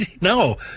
No